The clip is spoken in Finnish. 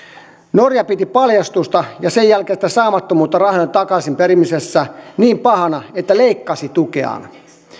norja piti paljastusta ja sen jälkeistä saamattomuutta rahojen takaisinperimisessä niin pahana että leikkasi tukeaan